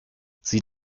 sie